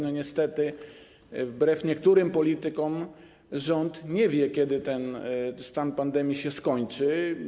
Niestety wbrew niektórym politykom rząd nie wie, kiedy stan pandemii się skończy.